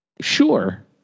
Sure